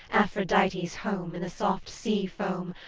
aphrodite's home in the soft sea-foam,